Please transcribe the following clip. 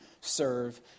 serve